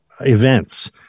events